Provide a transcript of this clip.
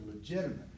legitimate